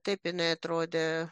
taip jinai atrodė